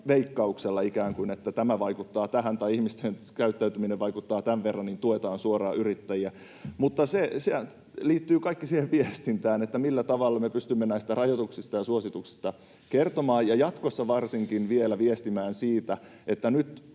veikkauksella, että tämä vaikuttaa tähän tai kun ihmisten käyttäytyminen vaikuttaa tämän verran, niin tuetaan suoraan yrittäjiä. Se kaikki liittyy siihen viestintään, millä tavalla me pystymme näistä rajoituksista ja suosituksista kertomaan ja jatkossa varsinkin vielä viestimään siitä, että nyt